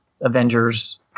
Avengers